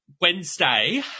Wednesday